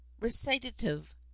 Recitative